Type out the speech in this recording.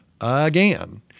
again